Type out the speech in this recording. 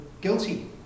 guilty